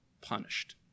punished